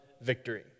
victory